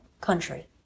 country